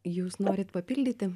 jūs norite papildyti